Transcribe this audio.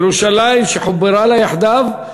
ירושלים שחוברה לה יחדיו,